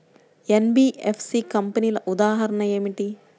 NBFC కంపెనీల ఉదాహరణ ఏమిటి?